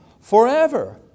forever